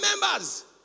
members